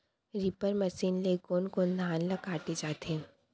Reaper machine ले कोन कोन धान ल काटे जाथे?